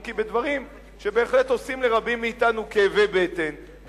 אם כי בדברים שבהחלט עושים לרבים מאתנו כאבי בטן,